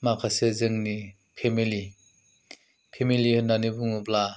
माखासे जोंनि family family होन्नानै बुङोब्ला